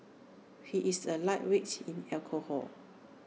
he is A lightweight in alcohol